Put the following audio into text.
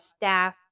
staff